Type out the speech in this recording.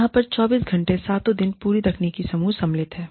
यहां पर 24 घंटे सातों दिन पूरी तकनीकी समूह सम्मिलित है